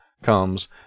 comes